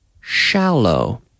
shallow